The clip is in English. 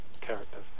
characters